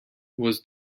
was